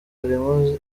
harimo